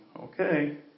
Okay